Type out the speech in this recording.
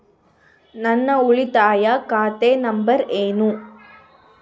ನನ್ನ ಉಳಿತಾಯ ಖಾತೆ ನಂಬರ್ ಏನು?